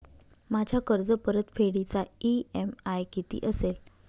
माझ्या कर्जपरतफेडीचा इ.एम.आय किती असेल?